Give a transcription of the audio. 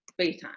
Facetime